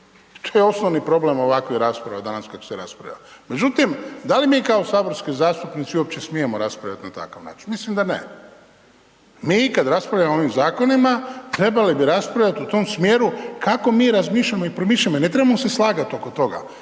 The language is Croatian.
To je osnovni problem ovakve rasprave, danas koja se raspravlja. Međutim, da li mi kao saborski zastupnici uopće smijemo raspravljati na takav način? Mislim da ne. Mi kada raspravljamo o ovim zakonima, trebali bi raspravljati u tom smjeru, kako mi razmišljamo i promišljamo i ne trebamo se slagati oko toga,